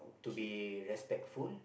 to be respectful